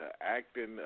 Acting